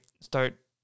start